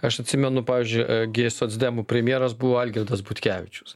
aš atsimenu pavyzdžiui gi socdemų premjeras buvo algirdas butkevičius